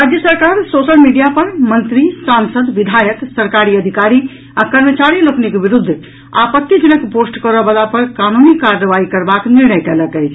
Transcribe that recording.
राज्य सरकार social media पर मंत्री सांसद विधायक सरकारी अधिकारी आ कर्मचारी लोकनिक विरूद्ध आपत्तिजनक पोस्ट करऽ वला पर कानूनी कार्रवाई करबाक निर्णय कयलक अछि